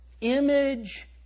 image